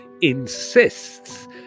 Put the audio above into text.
insists